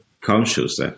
conscious